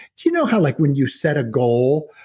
do you know how like when you set a goal,